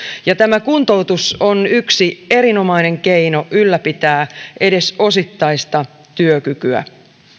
ja tämä kuntoutus on yksi erinomainen keino ylläpitää edes osittaista työkykyä